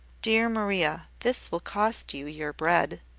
dear maria, this will cost you your bread.